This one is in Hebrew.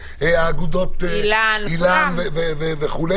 איל"ן וכו',